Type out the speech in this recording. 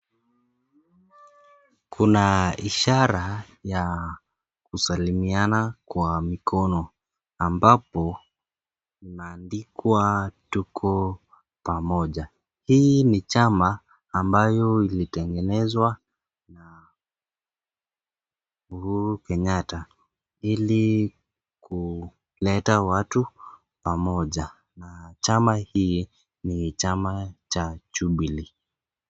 Kuna ishara ya kusalimiana kwa mikono ambapo imeandikwa tuko pamoja. Hii ni chama ambayo ilitengenezwa na Uhuru Kenyatta ili kuleta watu pamoja na chama hii ni chama cha Jubilee.